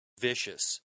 vicious